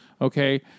okay